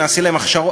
נעשה להם הכשרות.